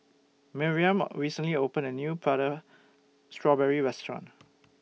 Miriam recently opened A New Prata Strawberry Restaurant